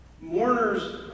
Mourners